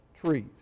trees